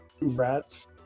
rats